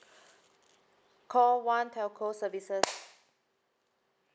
call one telco services